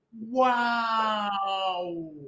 wow